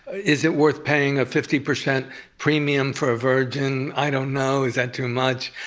is it worth paying a fifty percent premium for a virgin? i don't know. is that too much?